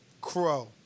Crow